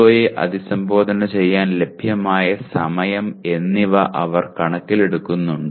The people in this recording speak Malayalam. യെ അഭിസംബോധന ചെയ്യാൻ ലഭ്യമായ സമയം എന്നിവ അവർ കണക്കിലെടുക്കുന്നുണ്ടോ